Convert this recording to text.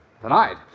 Tonight